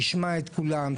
תשמע את כולם,